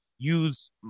use